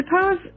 suppose